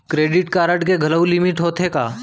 Credit card के घलव limit होथे का?